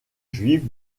juive